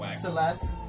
Celeste